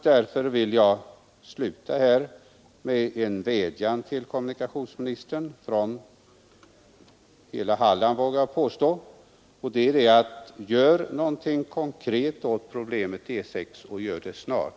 Därför vill jag sluta med att vädja till kommunikationsministern från — vågar jag påstå — hela Halland: Gör någonting konkret åt problemet E 6 och gör det snart!